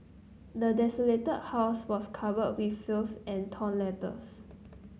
the desolated house was covered with filth and torn letters